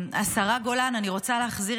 אני רוצה לחזור